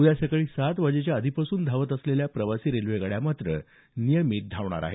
उद्या सकाळी सात वाजेच्या आधीपासून धावत असलेल्या प्रवासी रेल्वेगाड्या मात्र नियमित धावणार आहेत